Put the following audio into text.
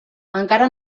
encara